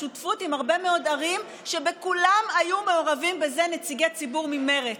בשותפות עם הרבה מאוד ערים שבכולן היו מעורבים בזה נציגי ציבור ממרצ,